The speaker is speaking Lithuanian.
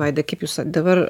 vaidai kaip jūs dabar